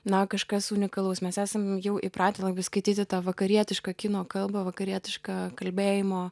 na kažkas unikalaus mes esam jau įpratę labai skaityti tą vakarietišką kino kalbą vakarietišką kalbėjimo